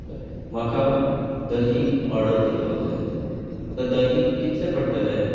म्हाका दही ओर्डर करपाक जाय आता दहीक कितलें पडटलें